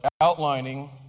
outlining